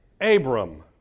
Abram